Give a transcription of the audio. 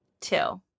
Two